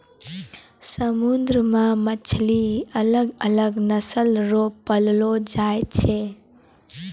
समुन्द्र मे मछली अलग अलग नस्ल रो पकड़लो जाय छै